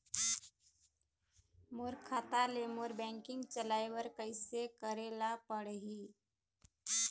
मोर खाता ले मोर बैंकिंग चलाए बर कइसे करेला पढ़ही?